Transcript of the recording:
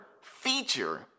feature